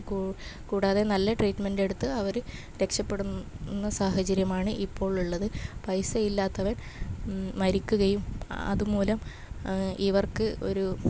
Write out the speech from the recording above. കൂ കൂടാതെ നല്ല ട്രീറ്റ്മെൻറ്റെടുത്ത് അവർ രക്ഷപ്പെടും എന്ന സാഹചര്യമാണ് ഇപ്പോളുള്ളത് പൈസയില്ലാത്തവൻ മരിക്കുകയും അത് മൂലം ഇവർക്ക് ഒരു